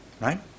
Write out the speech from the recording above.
right